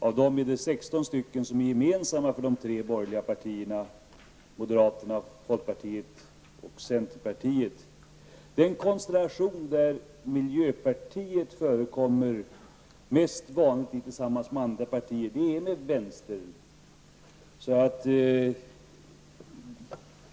Av dem är det 16 stycken som är gemensamma för de tre borgerliga partierna moderaterna, folkpartiet och centerpartiet. Den konstellation där miljöpartiet oftast förekommer tillsammans med andra partier är med vänstern.